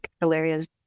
hilarious